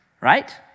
right